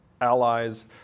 allies